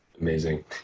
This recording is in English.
Amazing